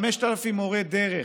5,000 מורי דרך,